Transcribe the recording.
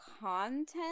content